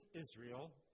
Israel